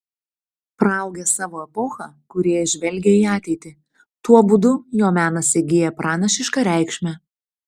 praaugęs savo epochą kūrėjas žvelgia į ateitį tuo būdu jo menas įgyja pranašišką reikšmę